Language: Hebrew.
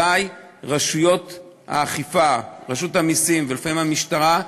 אזי רשויות האכיפה, רשות המסים, ולפעמים המשטרה,